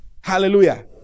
Hallelujah